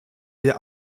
wir